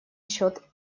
счет